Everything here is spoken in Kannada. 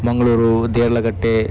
ಮಂಗಳೂರು ದೇರಳಕಟ್ಟೆ